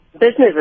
Businesses